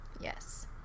Yes